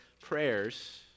prayers